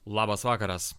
labas vakaras